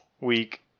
week